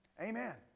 Amen